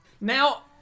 Now